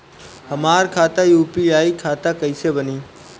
हमार खाता यू.पी.आई खाता कईसे बनी?